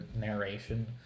narration